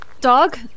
Dog